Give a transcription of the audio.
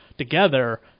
together